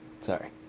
sorry